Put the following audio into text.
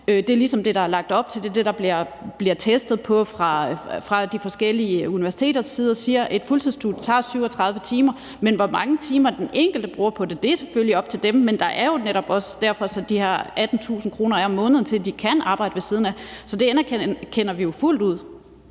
Det er ligesom det, der er lagt op til, og det er det, der bliver testet på fra de forskellige universiteters side, hvor man siger, at et fuldtidsstudie tager 37 timer om ugen. Men hvor mange timer den enkelte bruger på det, er selvfølgelig op til dem. Men der er jo netop også sat de her 18.000 kr. om måneden, i forhold til at de kan arbejde ved siden af. Så det anerkender vi jo fuldt ud.